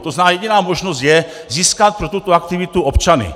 To znamená jediná možnost je získat pro tuto aktivitu občany.